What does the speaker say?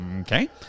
Okay